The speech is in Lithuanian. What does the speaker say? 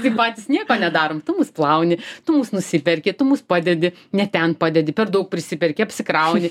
tai patys nieko nedarom tu mus plauni tu mus nusiperki tu mus padedi ne ten padedi per daug prisiperki apsikrauni